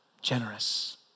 generous